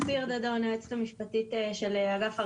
ספיר דדון, היועצת המשפטית של אגף הרכב.